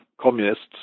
communists